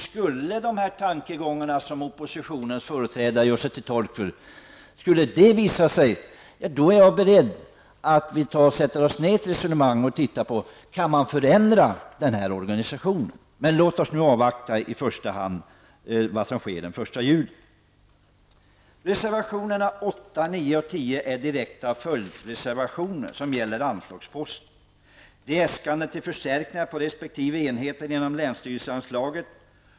Skulle dessa tankegångar, som oppositionens företrädare gör sig till tolk för, då finnas kvar är jag beredd att resonera och titta på om man kan förändra den här organisationen. Men låt oss nu i första hand avvakta vad som sker den 1 juli. Reservationerna 8, 9 och 10 är direkta följdreservationer som gäller anslagsposter. Det är äskanden till förstärkningar på resp. enheter inom länsstyrelseanslaget.